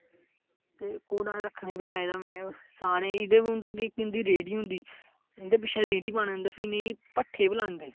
घोड़ा रक्खना बी चाहिदा सारें दा के कि इक इंदी रेह्ड़ी होंदी इंदे पिच्छै रेह्ड़ी लानी फ्ही इनेंगी भट्ठे बी लांदे